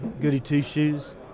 goody-two-shoes